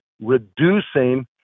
reducing